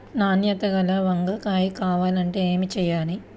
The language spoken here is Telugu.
నాణ్యత గల వంగ కాయ కావాలంటే ఏమి చెయ్యాలి?